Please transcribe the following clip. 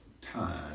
time